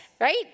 right